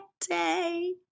day